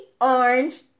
orange